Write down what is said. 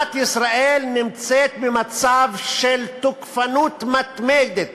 מדינת ישראל נמצאת במצב של תוקפנות מתמדת